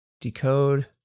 Decode